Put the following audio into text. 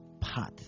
path